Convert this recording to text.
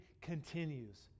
continues